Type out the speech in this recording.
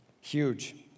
huge